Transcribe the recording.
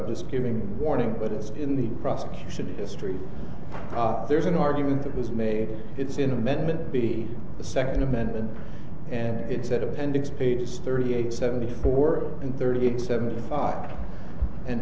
was giving a warning but it's in the prosecution history there's an argument that was made it's in amendment be the second amendment and it said appendix page thirty eight seventy four thirty eight seventy five and